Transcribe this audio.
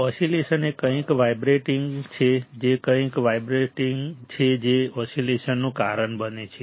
oscillation એ કંઈક vibrating છે જે કંઈક વાઈબ્રેટિંગ છે જે ઓસિલેશનનું કારણ બને છે